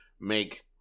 make